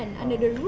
ah